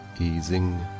easing